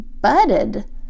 budded